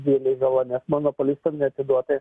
didelė žala nes monopolistam neatiduota